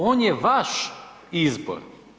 On je vaš izbor.